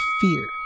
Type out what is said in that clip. fear